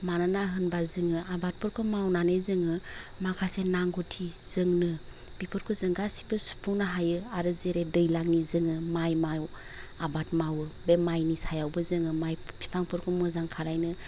मानोना होमबा जोङो आबादफोरखौ मावनानै जोङो माखासे नांगौथि जोंनो बिफोरखौ जों गासिबो सुफुंनो हायो आरो जेरै दैलांनि जोङो माय माव आबाद मावो बे मायनि सायावबो जोङो माय बिफांफोरखौ मोजां खालायनो